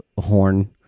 horn